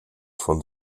von